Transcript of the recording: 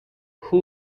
who